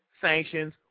sanctions